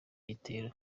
gitero